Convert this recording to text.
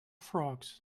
frogs